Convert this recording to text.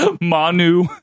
Manu